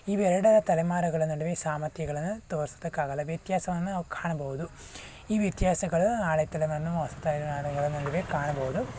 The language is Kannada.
ಇವೆರಡರ ತಲೆಮಾರುಗಳ ನಡುವೆ ಸಾಮರ್ಥ್ಯಗಳನ್ನು ತೋರಿಸೋದಕ್ಕಾಗಲ್ಲ ವ್ಯತ್ಯಾಸವನ್ನು ನಾವು ಕಾಣಬೋದು ಈ ವ್ಯತ್ಯಾಸಗಳ ಹಳೆ ತಲೆಮಾರಿನ ಹೊಸ ತಲೆಮಾರುಗಳ ನಡುವೆ ಕಾಣ್ಬೋದು